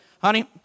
Honey